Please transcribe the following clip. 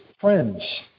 friends